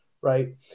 Right